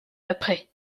après